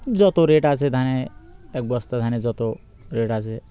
যতো রেট আছে ধানে এক বস্তা ধানে যত রেট আছে